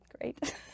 Great